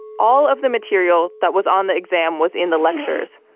all of the material that was on the exam was in the lectures,